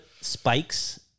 spikes